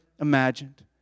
imagined